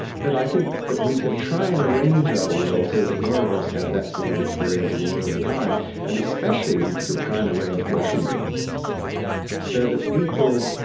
but i think that we could try and arrange our world so that more of us had that sort of experience more of the time and especially we could try and arrange washington so that people